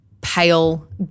Pale